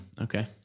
Okay